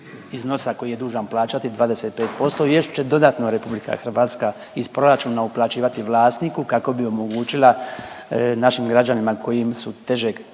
iznosa koji je dužan plaćati 25%, još će dodatno RH iz proračuna uplaćivati vlasniku kako bi omogućila našim građanima koji su težeg